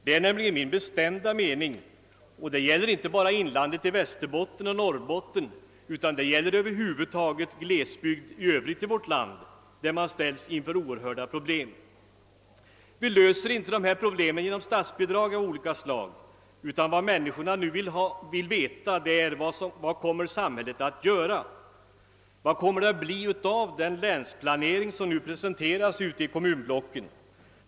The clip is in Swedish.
Det är min bestämda mening — och det gäller inte bara inland i Västerbotten och Norrbotten utan det gäller över huvud taget glesbygd i vårt land, där man ställs inför oerhörda problem — att vi inte löser dessa problem genom statsbidrag av olika slag, utan vad människorna nu vill veta är: Vad kommer samhället att göra? Vad kommer det att bli av den länsplanering som presenterats ute i kommunblocken?